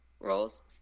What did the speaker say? roles